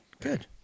Good